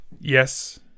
yes